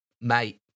mate